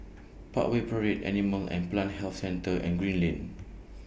Parkway Parade Animal and Plant Health Centre and Green Lane